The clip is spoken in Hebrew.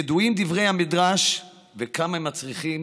ידועים דברי המדרש וכמה הם צריכים